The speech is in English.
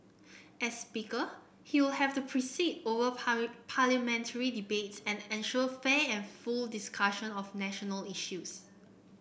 as speaker he will have to preside over Parliamentary debates and ensure fair and full discussion of national issues